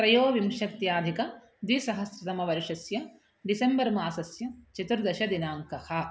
त्रयोविंशत्यधिकद्विसहस्रतमवर्षस्य डिसेम्बर् मासस्य चतुर्दशदिनाङ्कः